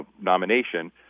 nomination